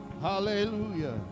Hallelujah